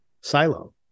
silo